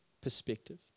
perspective